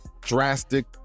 drastic